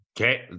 Okay